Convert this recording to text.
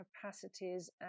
capacities